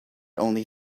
only